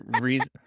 reason